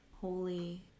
Holy